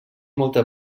molta